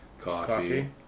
coffee